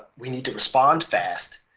we need to respond fast,